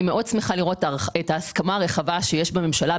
אני שמחה מאוד לראות את ההסכמה הרחבה שיש בממשלה.